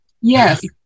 yes